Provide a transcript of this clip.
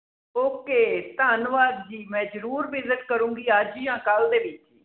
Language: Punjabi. ਓਕੇ ਧੰਨਵਾਦ ਜੀ ਮੈਂ ਜ਼ਰੂਰ ਵਿਜ਼ਿਟ ਕਰੂੰਗੀ ਅੱਜ ਜ਼ਾਂ ਕੱਲ੍ਹ ਦੇ ਵਿੱਚ